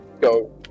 go